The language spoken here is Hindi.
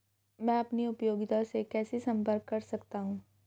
मैं अपनी उपयोगिता से कैसे संपर्क कर सकता हूँ?